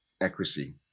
accuracy